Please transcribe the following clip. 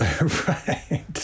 Right